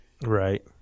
Right